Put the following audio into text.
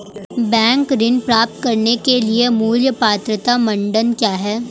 Bank ऋण प्राप्त करने के लिए मूल पात्रता मानदंड क्या हैं?